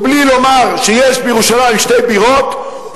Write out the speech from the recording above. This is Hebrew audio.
ובלי לומר שיש בירושלים שתי בירות,